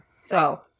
So-